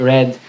Red